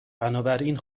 بنابراین